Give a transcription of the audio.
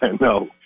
no